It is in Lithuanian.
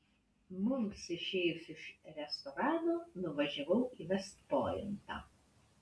mums išėjus iš restorano nuvažiavau į vest pointą